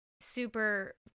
super